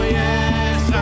yes